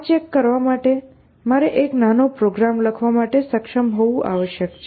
આ ચેક કરવા માટે મારે એક નાનો પ્રોગ્રામ લખવા માટે સક્ષમ હોવું આવશ્યક છે